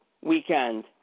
weekend